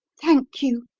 thank you,